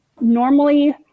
normally